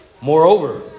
Moreover